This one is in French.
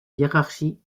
hiérarchie